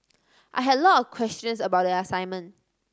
I had a lot of questions about the assignment